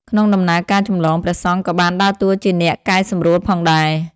ក្នុងដំណើរការចម្លង ព្រះសង្ឃក៏បានដើរតួជាអ្នកកែសម្រួលផងដែរ។